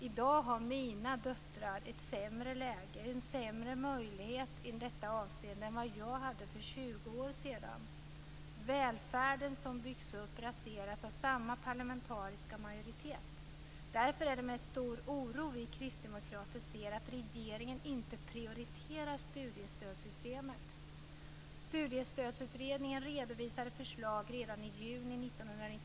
I dag har mina döttrar sämre möjligheter i detta avseende än vad jag hade för 20 år sedan. Välfärden som byggts upp raseras av samma parlamentariska majoritet. Därför är det med stor oro vi kristdemokrater ser att regeringen inte prioriterar studiestödssystemet.